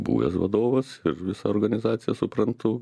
buvęs vadovas ir visa organizacija suprantu